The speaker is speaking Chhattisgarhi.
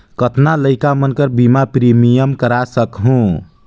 कतना लइका मन कर बीमा प्रीमियम करा सकहुं?